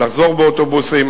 ולחזור באוטובוסים.